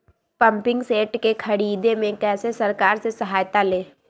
Pumping set के ख़रीदे मे कैसे सरकार से सहायता ले?